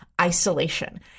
isolation